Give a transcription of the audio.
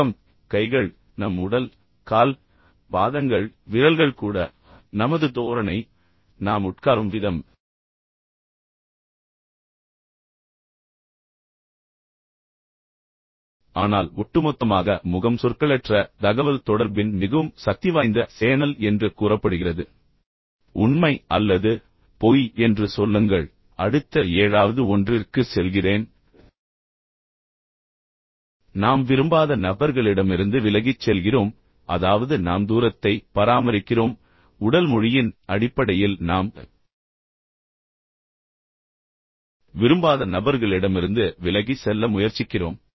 முகம் கைகள் நம் உடல் கால் பாதங்கள் விரல்கள் கூட நமது தோரணை நாம் உட்காரும் விதம் ஆனால் ஒட்டுமொத்தமாக முகம் சொற்களற்ற தகவல் தொடர்பின் மிகவும் சக்திவாய்ந்த சேனல் என்று கூறப்படுகிறது உண்மை அல்லது பொய் என்று சொல்லுங்கள் அடுத்த ஏழாவது ஒன்றிற்கு செல்கிறேன் நாம் விரும்பாத நபர்களிடமிருந்து விலகிச் செல்கிறோம் அதாவது நாம் தூரத்தை பராமரிக்கிறோம் பராமரிக்கிறோம் உடல் மொழியின் அடிப்படையில் நாம் விரும்பாத நபர்களிடமிருந்து விலகிச் செல்ல முயற்சிக்கிறோம்